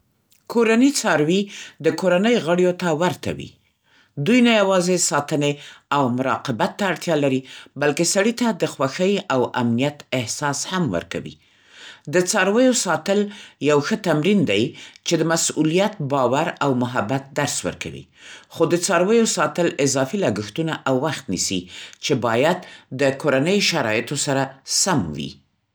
کورني څاروي د کورنۍ غړيو ته ورته وي. دوی نه یوازې ساتنې او مراقبت ته اړتیا لري، بلکې سړي ته د خوښۍ او امنیت احساس هم ورکوي. د څارويو ساتل یو ښه تمرین دی چې د مسئولیت، باور او محبت درس ورکوي. خو د څارویو ساتل اضافي لګښتونه او وخت نیسي، چې باید د کورنۍ شرایطو سره سم وي.